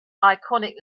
iconic